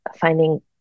finding